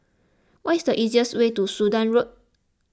what is the easiest way to Sudan Road